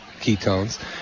ketones